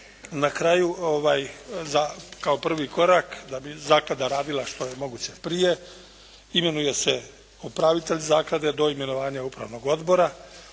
na kraju za, kao prvi korak da bi Zaklada radila što je moguće prije imenuje se upravitelj Zaklade do imenovanja upravnog odbora.